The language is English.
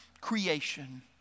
creation